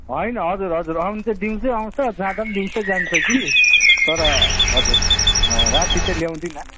होइन हजुर हजुर आउन चाहिँ दिउँसै आउँछ जाँदा पनि दिउँसै जान्छ कि तर हजुर राति चाहिँ ल्याउँदिनँ